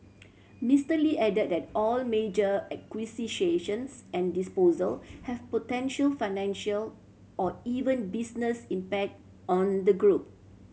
Mister Lee added that all major and disposal have potential financial or even business impact on the group